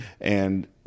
and-